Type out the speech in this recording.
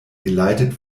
geleitet